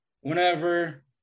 whenever